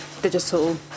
digital